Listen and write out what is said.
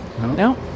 No